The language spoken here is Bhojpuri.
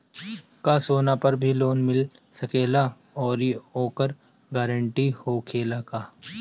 का सोना पर भी लोन मिल सकेला आउरी ओकर गारेंटी होखेला का?